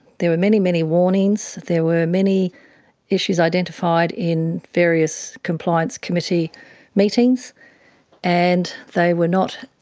there were many many warnings. there were many issues identified in various compliance committee meetings and they were not